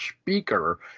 speaker